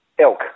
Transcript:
Elk